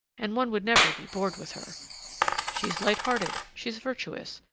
and one would never be bored with her she's light-hearted, she's virtuous,